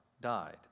died